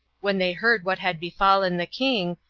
when they heard what had befallen the king,